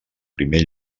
primer